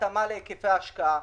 יש התאמה להיקפי השקעה,